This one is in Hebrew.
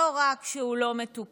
לא רק שהוא לא מטופל,